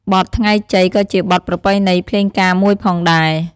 បទថ្ងៃជ័យក៏ជាបទប្រពៃណីភ្លេងការមួយផងដែរ។